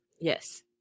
Yes